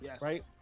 right